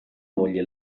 moglie